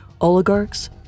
oligarchs